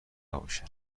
نباشه